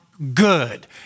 Good